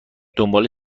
دنبال